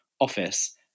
office